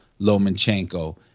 Lomachenko